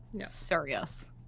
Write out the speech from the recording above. serious